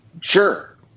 Sure